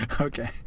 Okay